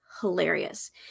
hilarious